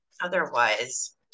otherwise